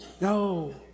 No